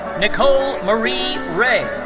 nicole marie ray.